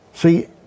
See